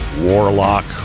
warlock